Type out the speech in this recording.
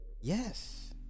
yes